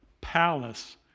palace